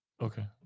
okay